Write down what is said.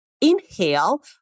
inhale